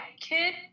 kid